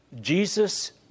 Jesus